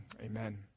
amen